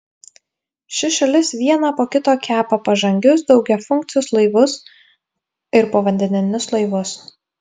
ši šalis vieną po kito kepa pažangius daugiafunkcius laivus ir povandeninius laivus